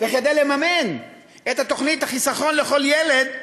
שכדי לממן את תוכנית "חיסכון לכל ילד"